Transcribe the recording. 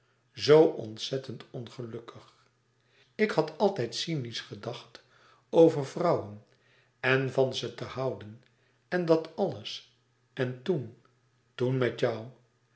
zoo ontzettend ongelukkig ik had altijd cynisch gedacht over vrouwen en van ze te houden en dat alles en toen toen met jou